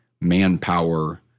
manpower